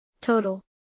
Total